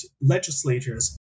legislators